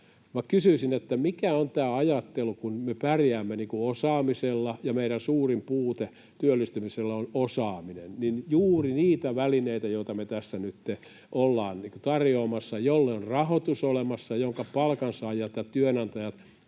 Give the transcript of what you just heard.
kysyisin, mikä on tämä ajattelu. Me pärjäämme osaamisella ja meidän suurin puute työllistymiselle on osaaminen, mutta lopetetaan juuri niitä välineitä, joita me tässä nyt ollaan tarjoamassa, joille on rahoitus olemassa, jotka palkansaajat ja työnantajat